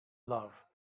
love